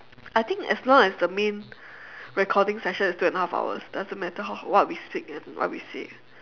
I think as long as the main recording session is two and half hours doesn't matter how what we speak and what we say